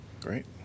great